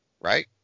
right